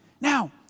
Now